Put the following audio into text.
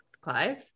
Clive